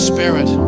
Spirit